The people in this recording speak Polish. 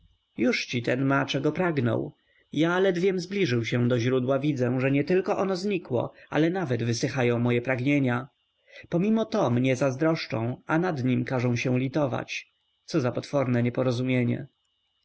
jużci ten ma czego pragnął ja ledwiem zbliżył się do źródła widzę że nietylko ono znikło ale nawet wysychają moje pragnienia pomimo to mnie zazdroszczą a nad nim każą się litować co za potworne nieporozumienie